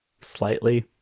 slightly